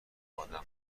انجا